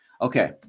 Okay